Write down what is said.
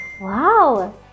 Wow